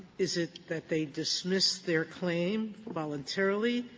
is it that they dismissed their claim voluntarily?